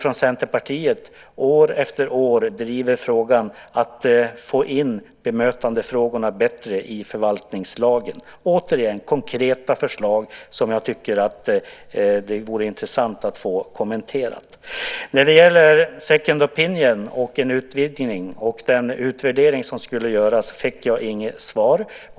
Vi i Centerpartiet driver år efter år detta med att bättre få in bemötandefrågorna i förvaltningslagen - återigen konkreta förslag som det vore intressant att få kommenterade. När det gäller second opinion och detta med en utvidgning liksom den utvärdering som skulle göras fick jag inget svar.